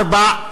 תודה רבה.